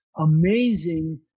amazing